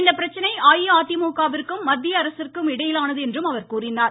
இப்பிரச்சினை அஇஅதிமுக விற்கும் மத்திய அரசிற்கும் இடையிலானது என்றும் அவர் கூறினார்